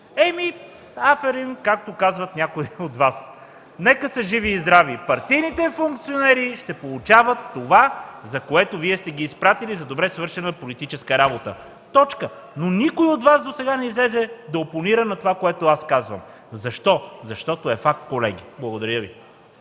Аферим, както казват някои от Вас! Нека са живи и здрави! Партийните функционери ще получават това, за което Вие сте ги изпратили, за добре свършена политическа работа. Точка! Но никой от Вас досега не излезе да опонира на това, което аз казвам. Защо? Защото е факт, колеги. Благодаря Ви.